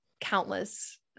countless